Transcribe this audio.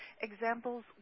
examples